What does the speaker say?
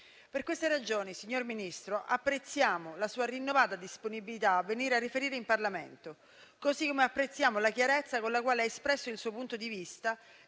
Per queste ragioni, signor Ministro, apprezziamo la sua rinnovata disponibilità a venire a riferire in Parlamento; così come apprezziamo la chiarezza con la quale ha espresso il suo punto di vista